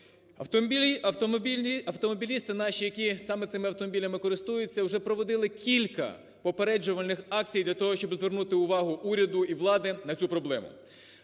Автомобілісти наші, які саме цими автомобілями користуються, уже проводили кілька попереджувальних акцій для того, щоб звернути увагу уряду і влади на цю проблему.